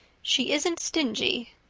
she isn't stingy.